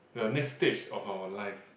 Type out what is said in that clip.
the next stage of our life